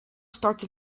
starten